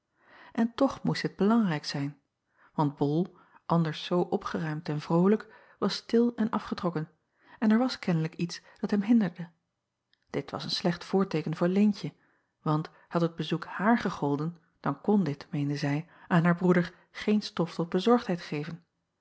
n toch moest dit belangrijk zijn want ol anders zoo opgeruimd en vrolijk was stil en afgetrokken en er was kennelijk iets dat hem hinderde it was een slecht voorteeken voor eentje want had het bezoek haar gegolden dan kon dit meende zij aan haar broeder geen stof tot bezorgdheid geven